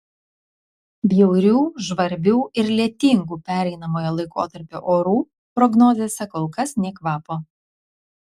bjaurių žvarbių ir lietingų pereinamojo laikotarpio orų prognozėse kol kas nė kvapo